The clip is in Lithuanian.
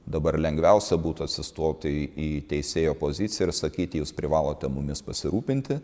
dabar lengviausia būtų atsistoti į teisėjo poziciją ir sakyti jūs privalote mumis pasirūpinti